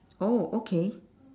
oh okay